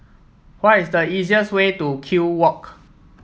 what is the easiest way to Kew Walk